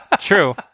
True